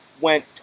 went